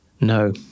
No